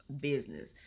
business